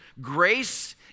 Grace